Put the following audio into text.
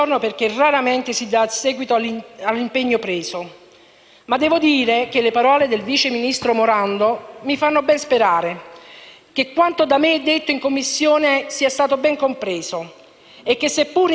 che quanto da me detto in Commissione sia stato ben compreso e che, seppur nel decreto-legge in esame non è possibile inserire nulla, molto probabilmente in seguito il Governo sarà costretto a prendere provvedimenti per la provincia di Caserta,